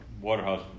Waterhouse